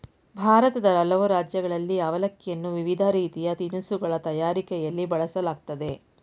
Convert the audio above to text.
ಭಾರತದ ಹಲವು ರಾಜ್ಯಗಳಲ್ಲಿ ಅವಲಕ್ಕಿಯನ್ನು ವಿವಿಧ ರೀತಿಯ ತಿನಿಸುಗಳ ತಯಾರಿಕೆಯಲ್ಲಿ ಬಳಸಲಾಗ್ತದೆ